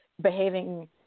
behaving